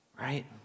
right